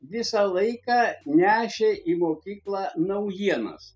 visą laiką nešė į mokyklą naujienas